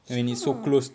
ya